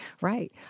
Right